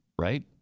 right